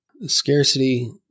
Scarcity